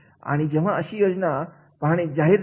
आणि जेव्हा अशी योजना पाहणे जाहीर केली